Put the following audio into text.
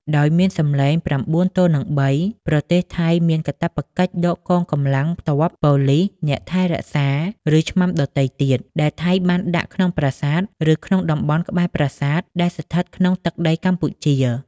ដោយមានសំឡេង៩ទល់នឹង៣ ប្រទេសថៃមានកាតព្វកិច្ចដកកងកម្លាំងទ័ព ប៉ូលីស អ្នកថែរក្សា ឬឆ្នាំដទៃទៀត ដែលថៃបានដាក់ក្នុងប្រាសាទឬក្នុងតំបន់ក្បែរប្រាសាទដែលស្ថិតក្នុងទឹកដីកម្ពុជា។